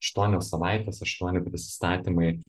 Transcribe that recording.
aštuonios savaitės aštuoni prisistatymai